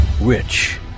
Rich